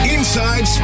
Inside